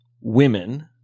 women